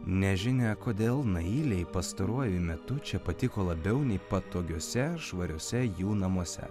nežinia kodėl nailei pastaruoju metu čia patiko labiau nei patogiuose švariuose jų namuose